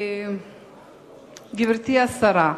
גברתי השרה,